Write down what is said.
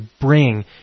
bring